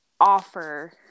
offer